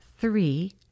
Three